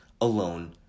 alone